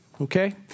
Okay